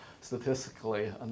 statistically